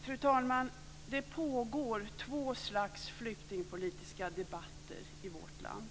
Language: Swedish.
Fru talman! Det pågår två slags flyktingpolitiska debatter i vårt land.